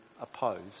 opposed